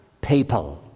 people